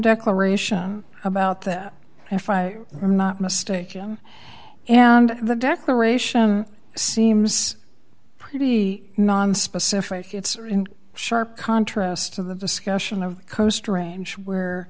declaration about that if i am not mistaken and the declaration seems pretty nonspecific it's in sharp contrast to the discussion of coast range where